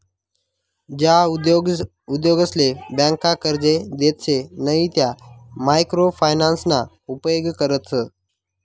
ज्या उद्योगसले ब्यांका कर्जे देतसे नयी त्या मायक्रो फायनान्सना उपेग करतस